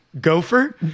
Gopher